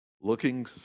looking